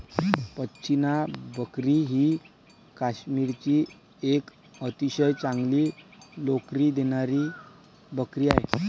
पश्मिना बकरी ही काश्मीरची एक अतिशय चांगली लोकरी देणारी बकरी आहे